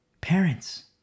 parents